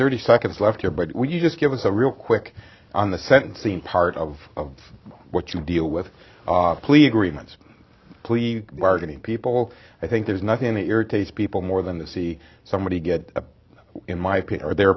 thirty seconds left here but when you just give us a real quick on the scent theme part of what you deal with plea agreements plea bargaining people i think there's nothing that irritates people more than the see somebody get in my pain or their